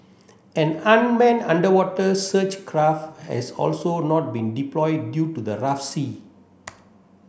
an unmanned underwater search craft has also not been deployed due to the rough sea